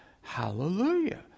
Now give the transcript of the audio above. Hallelujah